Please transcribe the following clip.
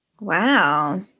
Wow